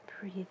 Breathe